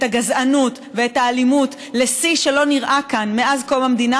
הגזענות ואת האלימות לשיא שלא נראה כאן מאז קום המדינה,